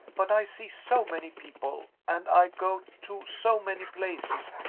but i see so many people, and i go to so many places,